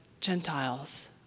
Gentiles